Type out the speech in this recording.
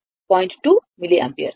2 milliampere